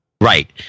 Right